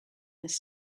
must